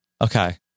Okay